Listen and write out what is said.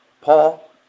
Paul